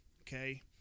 Okay